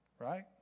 Right